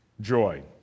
joy